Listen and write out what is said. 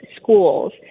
schools